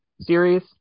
series